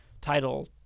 title